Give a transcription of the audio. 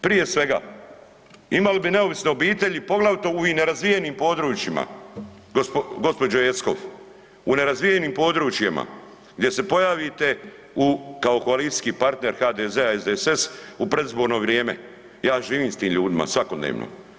Prije svega imali bi neovisne obitelji poglavito u nerazvijenim područjima gospođo Jeckov, u nerazvijenim područjima gdje se pojavite kao koalicijski partner HDZ-a i SDSS u predizborno vrijeme, ja živim s tim ljudima svakodnevno.